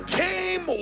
came